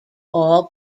all